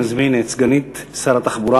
אני מזמין את סגנית שר התחבורה,